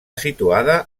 situada